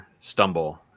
Stumble